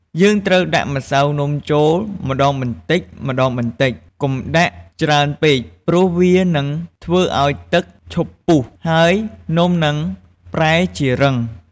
យើងត្រូវដាក់ម្សៅនំចូលម្តងបន្តិចៗ កុំដាក់ច្រើនពេកព្រោះវានឹងធ្វើឲ្យទឹកឈប់ពុះ ហើយនំនឹងប្រែជារឹង។